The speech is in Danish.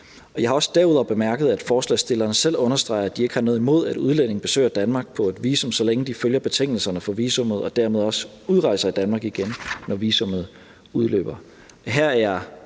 Jeg har også derudover bemærket, at forslagsstillerne selv understreger, at de ikke har noget imod, at udlændinge besøger Danmark på et visum, så længe de følger betingelserne for visummet og dermed også udrejser af Danmark igen, når visummet udløber.